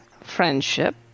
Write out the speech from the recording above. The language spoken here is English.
friendship